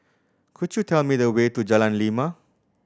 could you tell me the way to Jalan Lima